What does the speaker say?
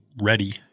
ready